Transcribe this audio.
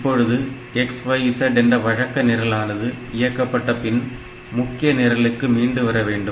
இப்பொழுது XYZ என்ற வழக்க நிரலானது இயக்கப்பட்ட பின் முக்கிய நிரலுக்கு மீண்டு வர வேண்டும்